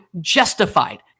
justified